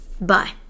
Bye